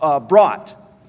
brought